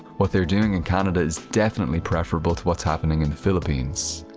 what they are doing in canada is definitely preferable to what's happening in the philippines.